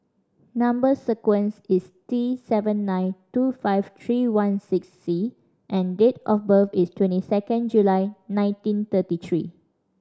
number sequence is T nine two five three one six C and date of birth is twenty second July nineteen thirty three